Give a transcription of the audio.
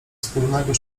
wspólnego